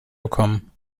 bekommen